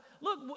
Look